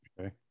Okay